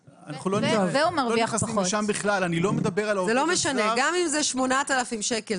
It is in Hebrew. גם אם זה 8,000 שקלים,